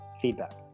feedback